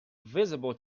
visible